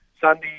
Sunday